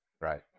right